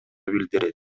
билдирет